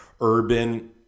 urban